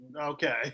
Okay